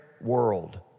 world